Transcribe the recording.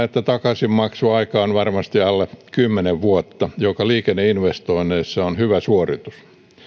että takaisinmaksuaika on varmasti alle kymmenen vuotta joka liikenneinvestoinneissa on hyvä suoritus